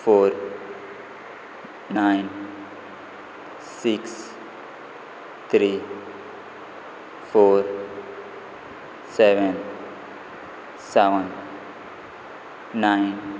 four nine six three four seven seven nine